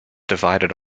divided